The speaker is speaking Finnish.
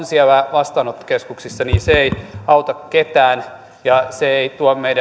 siellä vastaanottokeskuksissa ei auta ketään ja se ei